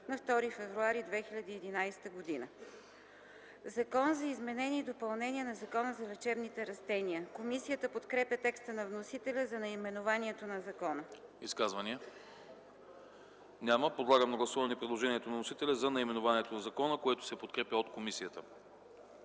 на 2 февруари 2011 г. „Закон за изменение и допълнение на Закона за лечебните растения.” Комисията подкрепя текста на вносителя за наименованието на закона. ПРЕДСЕДАТЕЛ АНАСТАС АНАСТАСОВ: Изказвания? Няма. Подлагам на гласуване предложението на вносителя за наименованието на закона, което се подкрепя от комисията.